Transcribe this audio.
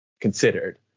considered